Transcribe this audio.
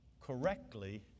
correctly